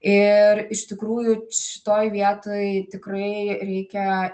ir iš tikrųjų šitoj vietoj tikrai reikia